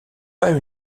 pas